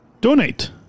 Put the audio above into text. donate